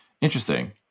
Interesting